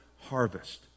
harvest